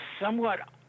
somewhat